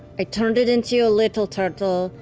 i turned it into a little turtle.